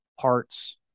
parts